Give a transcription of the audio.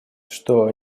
что